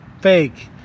fake